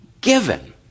given